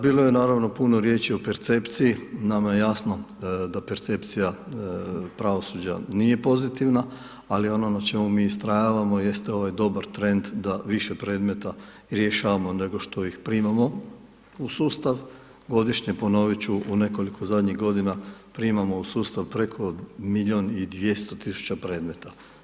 Bilo je naravno puno riječi o percepciji, nama je jasno da percepcija pravosuđa nije pozitivna, ali ono na čemu mi istrajavamo jest ovaj dobar trend da više predmeta rješavamo nego što ih primamo u sustav godišnje, ponovit ću u nekoliko zadnjih godina primamo u sustav preko milijun i 200 tisuća predmeta.